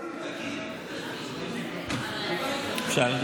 מה קשור חרדים, משהו להירגע.